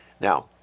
Now